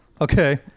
Okay